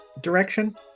direction